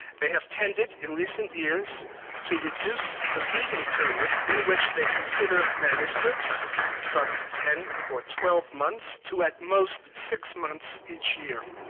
they have tended in recent years to reduce the reading period in which they consider manuscripts from ten or twelve months to at most six months each year.